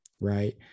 right